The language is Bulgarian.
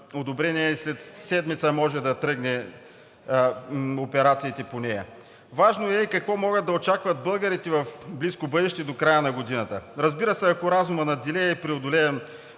след седмица могат да тръгнат операциите по нея. Важно е и какво могат да очакват българите в близко бъдеще до края на годината, разбира се, ако разумът надделее и преодолеем